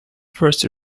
first